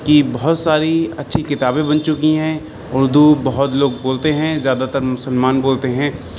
کی بہت ساری اچھی کتابیں بن چکی ہیں اردو بہت لوگ بولتے ہیں زیادہ تر مسلمان بولتے ہیں